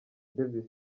davis